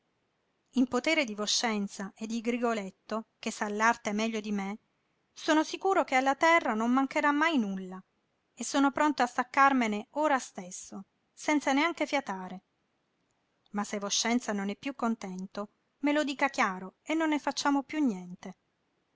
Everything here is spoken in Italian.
in potere di voscenza e di grigoletto che sa l'arte meglio di me sono sicuro che alla terra non mancherà mai nulla e sono pronto a staccarmene ora stesso senza neanche fiatare ma se voscenza non è piú contento me lo dica chiaro e non ne facciamo piú niente